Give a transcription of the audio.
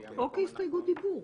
או כהסתייגות דיבור.